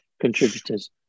contributors